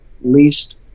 least